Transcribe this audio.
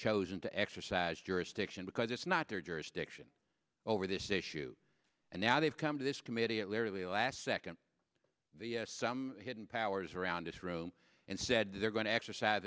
chosen to exercise jurisdiction because it's not their jurisdiction over this issue and now they've come to this committee at literally last second some hidden powers around this room and said they're going to exercise